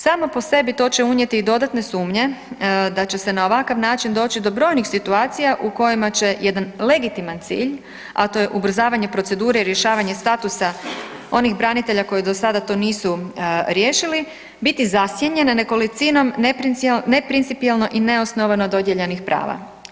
Samo po sebi to će unijeti i dodatne sumnje da će se na ovakav način doći do brojnih situacija u kojima će jedan legitiman cilj, a to je ubrzavanje procedure i rješavanje statusa onih branitelja koji do sada to nisu riješili biti zasjenjen nekolicinom neprincipijelno i neosnovano dodijeljenih prava.